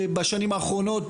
בשנים האחרונות,